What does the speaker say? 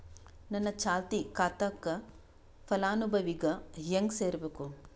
ನನ್ನ ಚಾಲತಿ ಖಾತಾಕ ಫಲಾನುಭವಿಗ ಹೆಂಗ್ ಸೇರಸಬೇಕು?